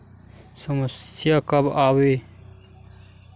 समस्या का आवे?